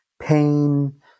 pain